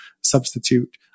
substitute